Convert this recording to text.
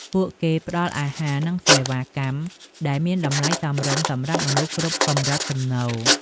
ពួកគេផ្តល់អាហារនិងសេវាកម្មដែលមានតម្លៃសមរម្យសម្រាប់មនុស្សគ្រប់កម្រិតចំណូល។